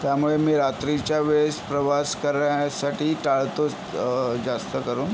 त्यामुळे मी रात्रीच्या वेळेस प्रवास करण्यासाठी टाळतोच जास्त करून